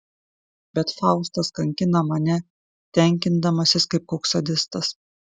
bet faustas kankina mane tenkindamasis kaip koks sadistas